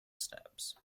steps